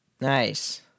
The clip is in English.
Nice